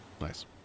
Nice